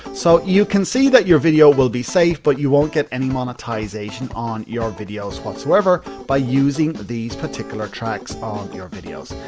so, you can see that your video will be safe but you won't get any monetization on your videos whatsoever, by using these particular tracks on your videos.